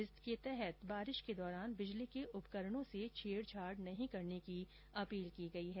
इसके तहत बारिश के दौरान बिजली के उपकरणों से छेडछाड नहीं करने की अपील की गई है